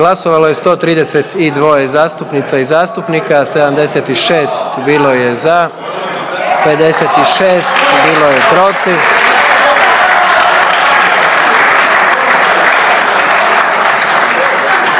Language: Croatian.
Glasovalo je 130 zastupnica i zastupnika, 77 za, 5 suzdržanih, 48 protiv